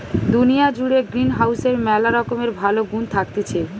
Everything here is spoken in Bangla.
দুনিয়া জুড়ে গ্রিনহাউসের ম্যালা রকমের ভালো গুন্ থাকতিছে